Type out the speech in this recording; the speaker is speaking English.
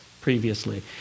previously